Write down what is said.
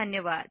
धन्यवाद